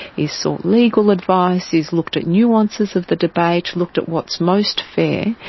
is sought legal advice, is looked at nuances of the debate, looked at what's most fair,